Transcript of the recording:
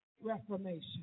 reformation